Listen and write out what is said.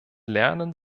lernen